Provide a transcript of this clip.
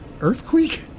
Earthquake